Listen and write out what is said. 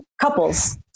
couples